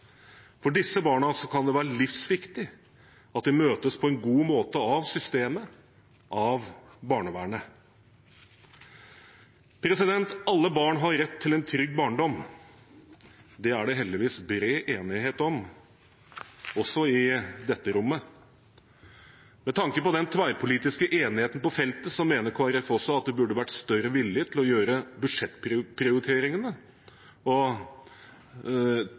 For disse barna kan det være livsviktig at de møtes på en god måte av systemet, av barnevernet. Alle barn har rett til en trygg barndom. Det er det heldigvis bred enighet om, også i dette rommet. Med tanke på den tverrpolitiske enigheten på feltet mener Kristelig Folkeparti at det også burde vært større vilje til å gjøre budsjettprioriteringer og